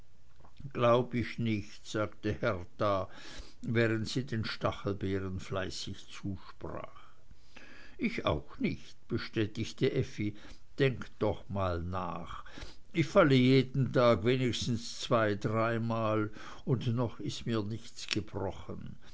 glaub ich nicht sagte hertha während sie den stachelbeeren fleißig zusprach ich auch nicht bestätigte effi denkt doch mal nach ich falle jeden tag wenigstens zwei dreimal und noch ist mir nichts gebrochen